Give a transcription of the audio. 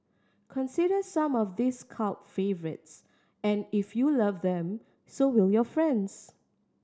consider some of these cult favourites and if you love them so will your friends